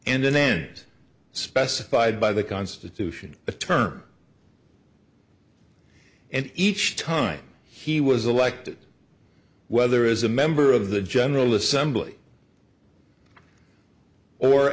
and then specified by the constitution the term and each time he was elected whether is a member of the general assembly or